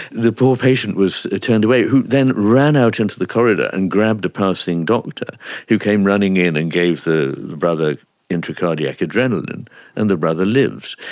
the poor patient was ah turned away, who then ran out into the corridor and grabbed a passing doctor who came running in and gave the brother intracardiac adrenaline and the brother lives.